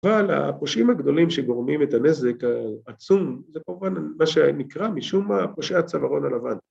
‫ובעל הפושעים הגדולים ‫שגורמים את הנזק העצום, ‫זה כמובן מה שנקרא ‫משום הפושע הצאוורון הלבן.